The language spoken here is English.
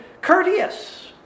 courteous